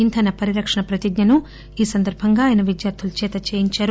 ఇంధన పరిరక్షణ ప్రతిజ్ఞను ఈ సందర్బంగా ఆయన విద్యార్దుల చేత చేయించారు